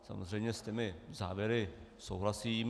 Samozřejmě s těmi závěry souhlasím.